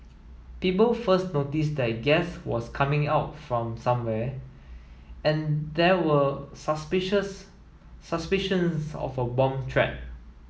people first noticed that gas was coming out from somewhere and there were suspicious suspicions of a bomb threat